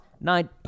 Nine